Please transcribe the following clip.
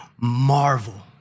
marvel